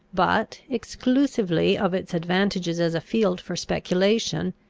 but, exclusively of its advantages as a field for speculation,